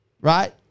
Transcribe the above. Right